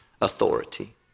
authority